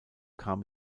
kam